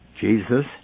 Jesus